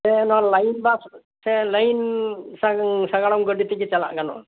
ᱥᱮ ᱚᱱᱟ line bus ᱥᱮ ᱞᱟᱭᱤᱱ ᱥᱟᱜᱟᱲᱟᱢ ᱜᱟᱹᱰᱤ ᱛᱮᱜᱮ ᱪᱟᱞᱟᱜ ᱜᱟᱱᱚᱜᱼᱟ